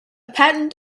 patent